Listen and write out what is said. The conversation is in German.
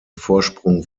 vorsprung